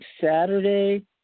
Saturday